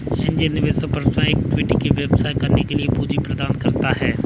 angel निवेशक परिवर्तनीय equity के बदले व्यवसाय शुरू करने के लिए पूंजी प्रदान करता है